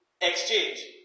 exchange